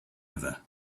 ever